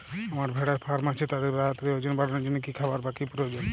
আমার ভেড়ার ফার্ম আছে তাদের তাড়াতাড়ি ওজন বাড়ানোর জন্য কী খাবার বা কী প্রয়োজন?